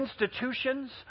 institutions